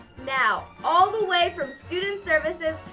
now all the way from student services,